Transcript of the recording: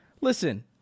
listen